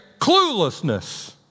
cluelessness